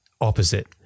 opposite